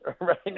right